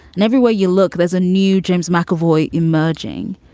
and everywhere you look, there's a new james mcavoy emerging.